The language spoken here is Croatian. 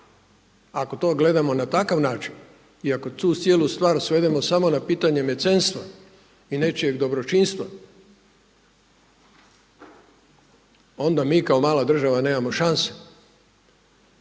Ako to gledamo na takav način i ako tu cijelu stvar svedemo samo na pitanje mecenstva i nečijeg dobročinstva, onda mi kao mala država nemamo šanse,